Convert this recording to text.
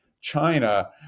China